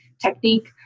technique